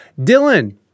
Dylan